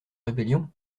rébellion